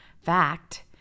Fact